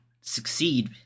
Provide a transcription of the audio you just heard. succeed